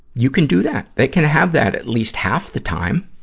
you can do that they can have that, at least half the time.